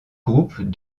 groupes